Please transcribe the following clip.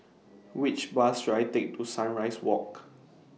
Which Bus should I Take to Sunrise Walk